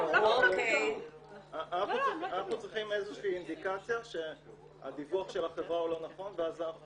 אנחנו צריכים איזושהי אינדיקציה שהדיווח של החברה הוא לא נכון ואז אנחנו